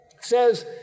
says